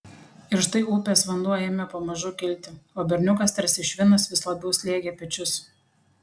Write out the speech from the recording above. ir štai upės vanduo ėmė pamažu kilti o berniukas tarsi švinas vis labiau slėgė pečius